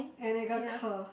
and 一个可：yi ge ke